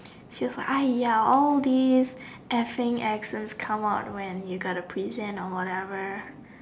she was like !aiya! all these effing accents come out when you gotta present or whatever